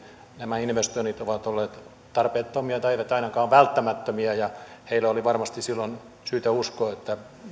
nämä investoinnit ovat olleet tarpeettomia tai eivät ainakaan välttämättömiä ja heillä oli varmasti silloin syytä uskoa ja